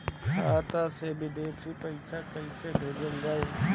खाता से विदेश पैसा कैसे भेजल जाई?